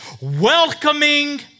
welcoming